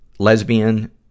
Lesbian